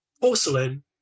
Porcelain